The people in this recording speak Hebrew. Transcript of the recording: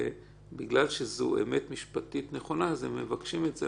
שבגלל שזו אמת משפטית נכונה אז הם מבקשים את זה,